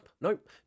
Nope